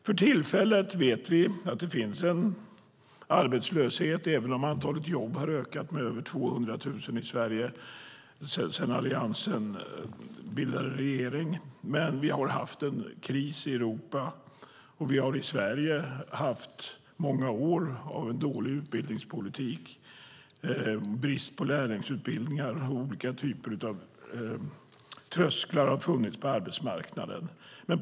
För tillfället vet vi att det finns en arbetslöshet, även om antalet jobb har ökat med över 200 000 i Sverige sedan Alliansen bildade regering, men vi har haft en kris i Europa och vi har i Sverige haft många år av dålig utbildningspolitik och brist på lärlingsutbildningar. Olika typer av trösklar har funnits på arbetsmarknaden.